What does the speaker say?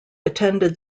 attended